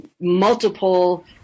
multiple